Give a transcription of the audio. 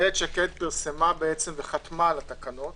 היא חתמה על התקנות